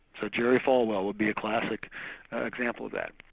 so jerry falwell would be a classic example of that.